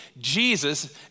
Jesus